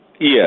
Yes